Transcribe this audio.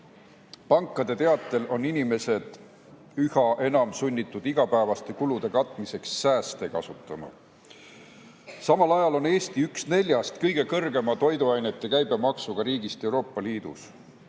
Pankade teatel on inimesed üha enam sunnitud igapäevaste kulude katmiseks sääste kasutama. Samal ajal on Eesti üks neljast kõige kõrgema toiduainete käibemaksuga riigist Euroopa Liidus.